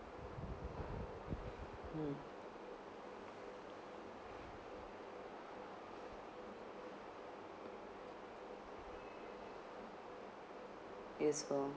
mm it's for